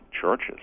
churches